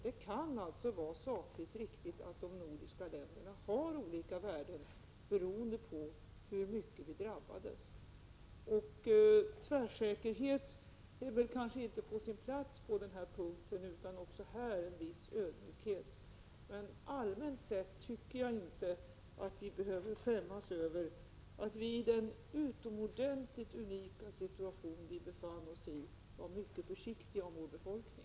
Det kan alltså vara sakligt riktigt att de nordiska länderna har olika värden, beroende på hur mycket de drabbats. Tvärsäkerhet är väl kanske inte på sin plats på den här punkten, utan också här behövs det väl en viss ödmjukhet. Men allmänt sett tycker jag inte att vi behöver skämmas över att vi i den utomordentligt unika situation som vi befann oss i var mycket försiktiga och aktsamma om vår befolkning.